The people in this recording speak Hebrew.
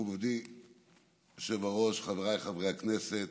מכובדי היושב-ראש, חבריי חברי הכנסת,